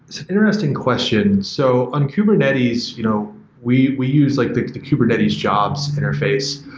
interesting question. so, on kubernetes, you know we we use like the the kubernetes jobs interface,